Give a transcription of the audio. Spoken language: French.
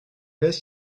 laisse